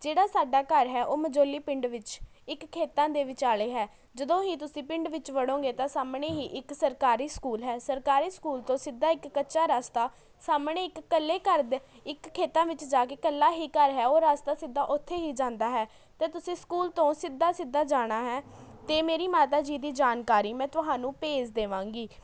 ਜਿਹੜਾ ਸਾਡਾ ਘਰ ਹੈ ਉਹ ਮੰਜੋਲੀ ਪਿੰਡ ਵਿੱਚ ਇੱਕ ਖੇਤਾਂ ਦੇ ਵਿਚਾਲੇ ਹੈ ਜਦੋਂ ਹੀ ਤੁਸੀਂ ਪਿੰਡ ਵਿੱਚ ਵੜੋਂਗੇ ਤਾਂ ਸਾਹਮਣੇ ਹੀ ਇੱਕ ਸਰਕਾਰੀ ਸਕੂਲ ਹੈ ਸਰਕਾਰੀ ਸਕੂਲ ਤੋਂ ਸਿੱਧਾ ਇੱਕ ਕੱਚਾ ਰਾਸਤਾ ਸਾਹਮਣੇ ਇੱਕ ਇਕੱਲੇ ਘਰ ਦੇ ਇੱਕ ਖੇਤਾਂ ਵਿੱਚ ਜਾ ਕੇ ਇਕੱਲਾ ਹੀ ਘਰ ਹੈ ਉਹ ਰਸਤਾ ਸਿੱਧਾ ਉੱਥੇ ਹੀ ਜਾਂਦਾ ਹੈ ਅਤੇ ਤੁਸੀਂ ਸਕੂਲ ਤੋਂ ਸਿੱਧਾ ਸਿੱਧਾ ਜਾਣਾ ਹੈ ਅਤੇ ਮੇਰੀ ਮਾਤਾ ਜੀ ਦੀ ਜਾਣਕਾਰੀ ਮੈਂ ਤੁਹਾਨੂੰ ਭੇਜ ਦੇਵਾਂਗੀ